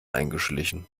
eingeschlichen